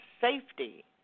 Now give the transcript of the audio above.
safety